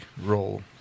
role